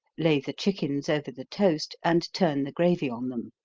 lay the chickens over the toast, and turn the gravy on them.